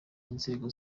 inzego